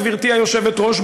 גברתי היושבת-ראש,